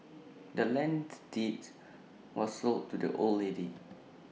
the land's deeds was sold to the old lady